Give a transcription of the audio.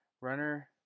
runner